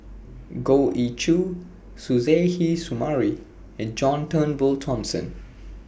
Goh Ee Choo Suzairhe Sumari and John Turnbull Thomson